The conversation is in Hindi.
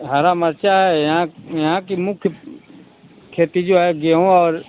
हरा मरचा यहाँ यहाँ की मुख्य खेती जो है गेहूं और